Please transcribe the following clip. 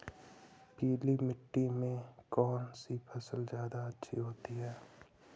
पीली मिट्टी में कौन सी फसल ज्यादा अच्छी होती है?